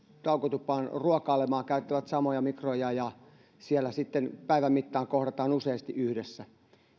taukotupaan ruokailemaan ja käyttävät samoja mikroja ja siellä sitten päivän mittaan kohdataan useasti yhdessä